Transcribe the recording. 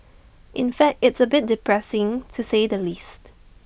in fact it's A bit depressing to say the least